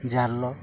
ଜାଲ